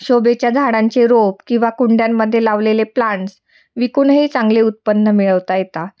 शोभेच्या झाडांचे रोप किंवा कुंड्यांमध्ये लावलेले प्लांट्स विकूनही चांगले उत्पन्न मिळवता येतात